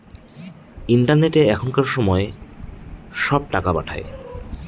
ইন্টারনেটে এখনকার সময় সব টাকা পাঠায়